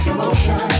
Emotion